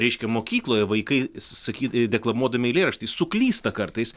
reiškia mokykloje vaikai sasaky deklamuodami eilėraštį suklysta kartais